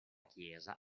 chiesa